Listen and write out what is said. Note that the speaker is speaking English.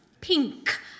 pink